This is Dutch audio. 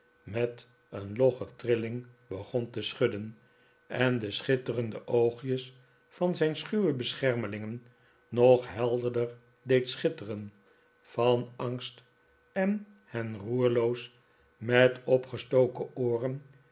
met een logge trilling begon te schudden en de schitterende oogjes van zijn schuwe beschermelingen nog helderder deed schitteren van angst en hen roerloos met opgestoken ooren